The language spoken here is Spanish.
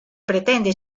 pretende